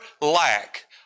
lack